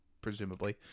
Presumably